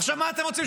עכשיו, מה אתם רוצים?